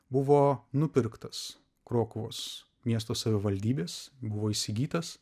buvo nupirktas krokuvos miesto savivaldybės buvo įsigytas